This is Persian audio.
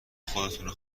خودتونو